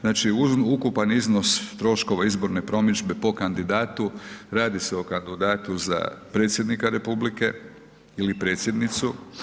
Znači ukupan iznos troškova izborne promidžbe po kandidatu, radi se o kandidatu za predsjednika republike ili predsjednicu.